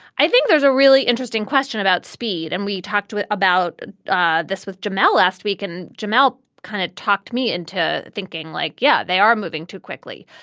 i think there's a really interesting question about speed. and we talked about ah this with jamal last week, and jamal kind of talked me into thinking like, yeah, they are moving too quickly.